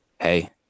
Hey